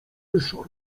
ryszard